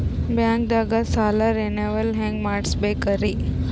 ಬ್ಯಾಂಕ್ದಾಗ ಸಾಲ ರೇನೆವಲ್ ಹೆಂಗ್ ಮಾಡ್ಸಬೇಕರಿ?